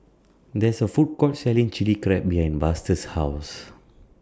There IS A Food Court Selling Chili Crab behind Buster's House